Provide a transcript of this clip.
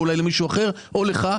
אולי למישהו אחר או לך,